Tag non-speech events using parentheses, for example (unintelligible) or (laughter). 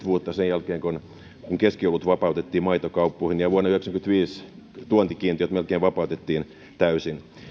(unintelligible) vuotta sen jälkeen kun keskiolut vapautettiin maitokauppoihin ja vuonna yhdeksänkymmentäviisi tuontikiintiöt melkein vapautettiin täysin